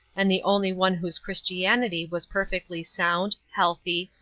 and the only one whose christianity was perfectly sound, healthy,